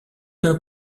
d’un